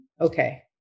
Okay